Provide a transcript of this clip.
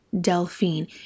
Delphine